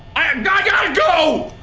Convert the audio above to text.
i i gotta gotta go!